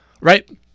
right